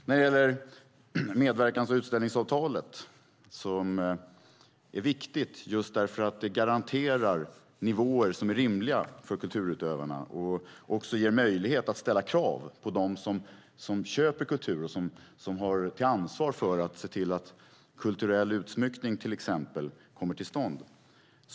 Sedan gäller det medverkans och utställningsavtalet, som är viktigt just därför att det garanterar nivåer som är rimliga för kulturutövarna och också ger möjlighet att ställa krav på dem som köper kultur och som har ansvar för att se till att kulturell utsmyckning till exempel kommer till stånd.